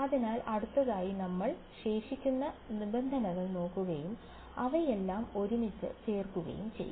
അതിനാൽ അടുത്തതായി നമ്മൾ ശേഷിക്കുന്ന നിബന്ധനകൾ നോക്കുകയും അവയെല്ലാം ഒരുമിച്ച് ചേർക്കുകയും ചെയ്യും